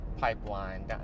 pipeline